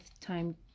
Time